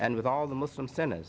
and with all the muslim center